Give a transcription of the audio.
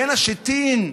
בין השיטין.